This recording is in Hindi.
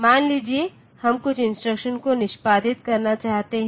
मान लीजिए हम कुछ इंस्ट्रक्शन को निष्पादित करना चाहते हैं